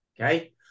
Okay